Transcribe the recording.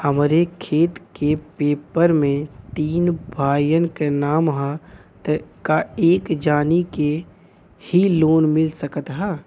हमरे खेत के पेपर मे तीन भाइयन क नाम ह त का एक जानी के ही लोन मिल सकत ह?